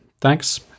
Thanks